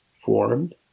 formed